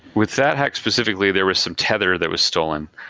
with that hack specifically, there was some tether that was stolen,